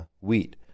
wheat